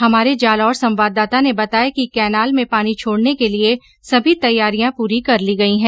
हमारे जालौर संवाददाता ने बताया कि कैनाल में पानी छोडने के लिये सभी तैयारियां पूरी कर ली गई है